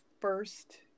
first